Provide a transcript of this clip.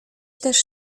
też